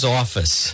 office